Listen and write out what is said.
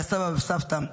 מהסבא והסבתא,